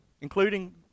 including